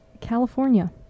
California